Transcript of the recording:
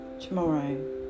Tomorrow